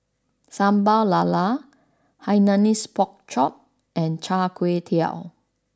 Sambal Lala Hainanese Pork Chop and Char Kway Teow